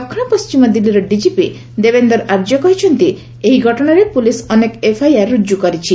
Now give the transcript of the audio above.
ଦକ୍ଷିଣ ପଶ୍ଚିମ ଦିଲ୍ଲୀର ଡିଜିପି ଦେବେନ୍ଦର ଆର୍ଯ୍ୟ କହିଛନ୍ତି ଏହି ଘଟଣାରେ ପୁଲିସ୍ ଅନେକ ଏଫ୍ଆଇଆର୍ ରୁଜୁ କରିଛି